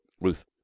Ruth